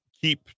keep